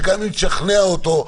שגם היא תשכנע אותו,